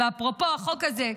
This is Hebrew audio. אפרופו החוק הזה,